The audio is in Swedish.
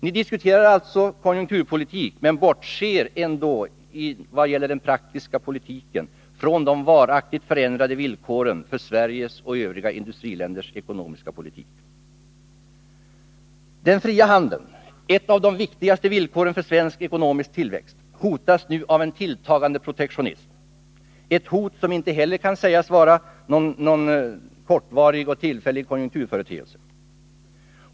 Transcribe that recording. Ni diskuterar alltså konjunkturpolitik men bortser ändå när det gäller den praktiska politiken från de varaktigt förändrade villkoren för Sveriges och Övriga industriländers ekonomiska politik. Den fria handeln — ett av de viktigaste villkoren för svensk ekonomisk tillväxt — hotas nu av en tilltagande protektionism, ett hot som inte heller kan sägas vara någon kortvarig och tillfällig konjunkturföreteelse.